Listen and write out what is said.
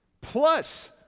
Plus